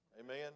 Amen